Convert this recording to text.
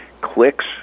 clicks